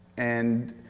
and